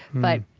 but